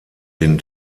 den